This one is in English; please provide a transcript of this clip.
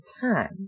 time